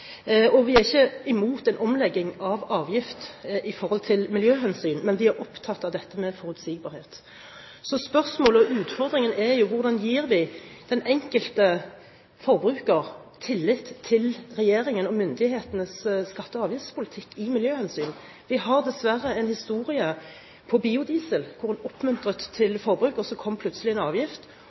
Vi er ikke imot en omlegging av avgift i forhold til miljøhensyn, men vi er opptatt av dette med forutsigbarhet. Så spørsmålet og utfordringen er: Hvordan gir vi den enkelte forbruker tillit til regjeringen og myndighetenes skatte- og avgiftspolitikk når det gjelder miljøhensyn? Vi har dessverre en historie på biodiesel, hvor en oppmuntret til forbruk, og så kom det plutselig en avgift,